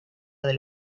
del